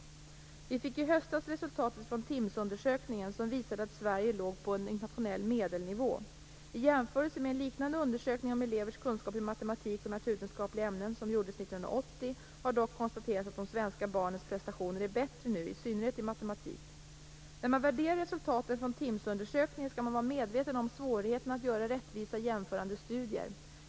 Vi fick i höstas resultaten från TIMSS-undersökningen som visade att Sverige låg på en internationell medelnivå. I jämförelse med en liknande undersökning om elevers kunskaper i matematik och naturvetenskapliga ämnen, som gjordes 1980, har dock konstaterats att de svenska barnens prestationer är bättre nu, i synnerhet i matematik. När man värderar resultaten från TIMSS undersökningen skall man vara medveten om svårigheten att göra rättvisa jämförande studier.